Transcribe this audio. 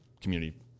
community